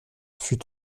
fut